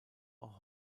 auch